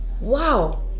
Wow